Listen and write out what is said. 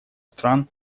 стран